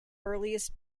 earliest